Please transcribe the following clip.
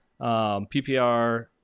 ppr